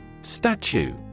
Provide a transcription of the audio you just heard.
Statue